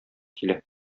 килә